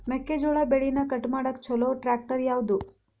ಮೆಕ್ಕೆ ಜೋಳ ಬೆಳಿನ ಕಟ್ ಮಾಡಾಕ್ ಛಲೋ ಟ್ರ್ಯಾಕ್ಟರ್ ಯಾವ್ದು?